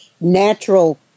natural